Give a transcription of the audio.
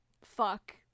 fuck